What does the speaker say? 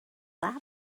laugh